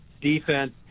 defense